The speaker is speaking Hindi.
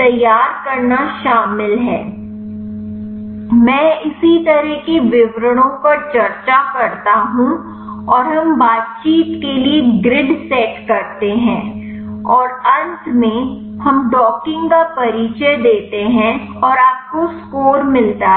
तैयार करना शामिल है मैं इसी तरह के विवरणों पर चर्चा करता हूं और हम बातचीत के लिए ग्रिड सेट करते हैं और अंत में हम डॉकिंग का परिचय देते हैं और आपको स्कोर मिलता है